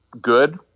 good